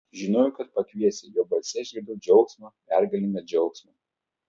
žinojau kad pakviesi jo balse išgirdau džiaugsmą pergalingą džiaugsmą